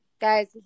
Guys